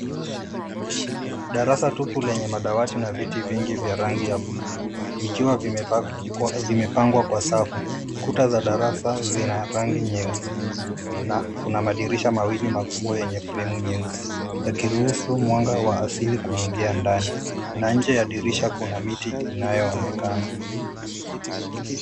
Darasa tupu lenye madawati na viti vingi vya rangi ya bluu vikiwa vimepangwa kwa safu. Kuta za darasa zina rangi nyeusi na kuna madirisha mawili makubwa yenye fremu nyeusi yakiruhusu mwanga wa asili kuingia ndani na nje ya dirisha kuna miti inayonekana